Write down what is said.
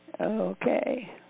Okay